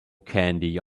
candy